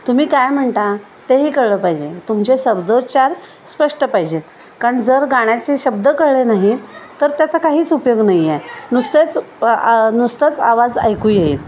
तुम्ही काय म्हणता तेही कळलं पाहिजे तुमचे शब्दोच्चार स्पष्ट पाहिजेत कारण जर गाण्याचे शब्द कळले नाहीत तर त्याचा काहीच उपयोग नाही आहे नुसतेच नुसतंच आवाज ऐकू येईल